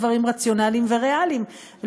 בדברים רציונליים וריאליים.